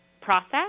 process